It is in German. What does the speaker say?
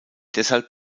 deshalb